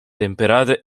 temperate